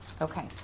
Okay